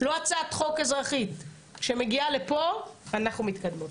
הצעת חוק אזרחית שמגיעה לפה, אנחנו מתקדמות.